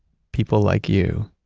people like you,